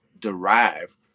derive